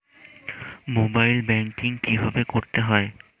Mobile banking কীভাবে করতে হয়?